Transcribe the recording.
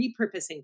repurposing